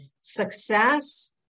success